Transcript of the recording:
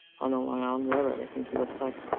on the long island railroad. i think he looks like,